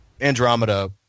andromeda